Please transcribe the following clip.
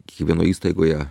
kiekvienoj įstaigoje